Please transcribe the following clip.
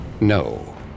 No